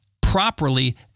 properly